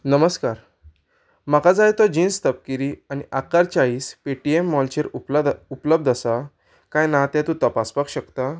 नमस्कार म्हाका जाय तो जिन्स तपकिरी आनी आकार चाईस पेटीएम मॉलचेर उपल उपलब्ध आसा काय ना तें तूं तपासपाक शकता